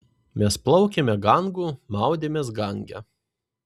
mes plaukėme gangu maudėmės gange